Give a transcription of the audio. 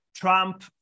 Trump